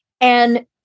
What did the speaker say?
And-